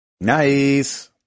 Nice